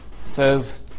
Says